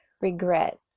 regret